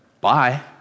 bye